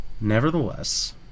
nevertheless